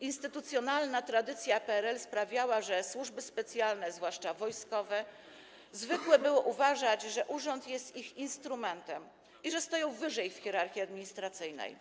Instytucjonalna tradycja PRL sprawiała, że służby specjalne, zwłaszcza wojskowe, zwykłe były uważać, że urząd jest ich instrumentem i że stoją wyżej w hierarchii administracyjnej.